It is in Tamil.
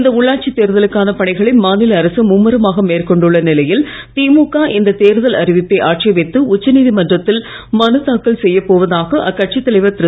இந்த உள்ளாட்சித் தேர்தலுக்கான பணிகளை மாநில அரசு மும்மரமாக மேற்கொண்டுள்ள நிலையில் திமுக இந்த தேர்தல் அறிவிப்பை ஆட்சேபித்து உச்சநீதிமன்றத்தில் மனு தாக்கல் செய்ய போவதாக அக்கட்சித் தலைவர் திரு